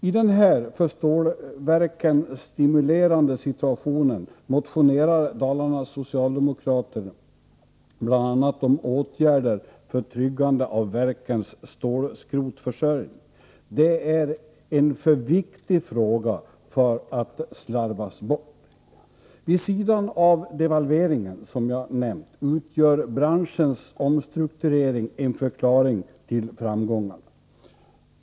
I den här för stålverken stimulerande situationen motionerar Dalarnas socialdemokrater bl.a. om åtgärder för tryggande av verkens stålskrotsförsörjning. Det är en för viktig fråga för att den skall få slarvas bort. Vid sidan av devalveringen utgör branschens omstrukturering en förklaring till framgångarna.